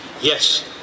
yes